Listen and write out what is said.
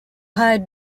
hide